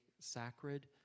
sacred